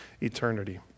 eternity